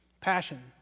Passion